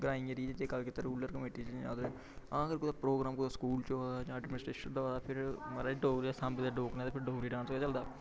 ग्राईं एरिये च जे गल्ल कीते रूरल कमेटी जि'यां ते हां अगर कुतै प्रोग्राम कुतै स्कूल च होवै जां एडमिनिस्ट्रेशन दा होवै फिर महाराज डोगरे सांबे दे डोगरे न ते फिर डोगरी दा डांस गै चलदा